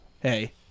Hey